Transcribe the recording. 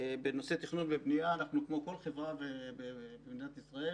בנושא תכנון ובנייה אנחנו כמו כל חברה במדינת ישראל,